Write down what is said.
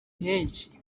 henshi